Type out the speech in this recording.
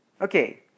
Okay